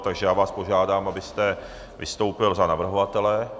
Takže já vás požádám, abyste vystoupil za navrhovatele.